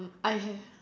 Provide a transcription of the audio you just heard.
mm I have